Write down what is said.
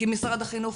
כי משרד החינוך